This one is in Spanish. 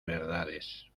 verdades